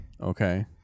okay